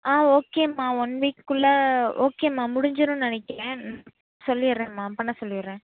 ஆ ஓகேம்மா ஒன் வீக்குக்குள்ளே ஓகேம்மா முடிஞ்சிடுன்னு நினைக்கிறேன் சொல்லிடறேம்மா பண்ண சொல்லிடறேன்